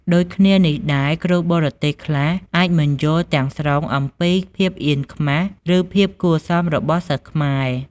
ដូចគ្នានេះដែរ គ្រូបរទេសខ្លះអាចមិនយល់ទាំងស្រុងអំពីភាពអៀនខ្មាស ឬភាពគួរសមរបស់សិស្សខ្មែរ។